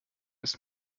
ist